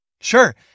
Sure